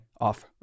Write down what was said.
off